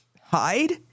hide